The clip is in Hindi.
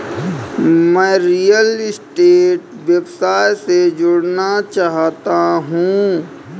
मैं रियल स्टेट व्यवसाय से जुड़ना चाहता हूँ